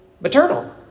maternal